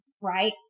right